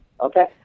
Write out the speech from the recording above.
Okay